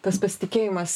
tas pasitikėjimas